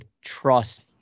trust